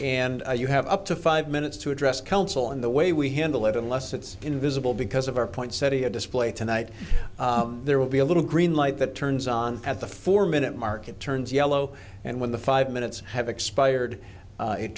and you have up to five minutes to address council in the way we handle it unless it's invisible because of our point said he a display tonight there will be a little green light that turns on at the four minute mark it turns yellow and when the five minutes have expired